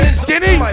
skinny